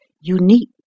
unique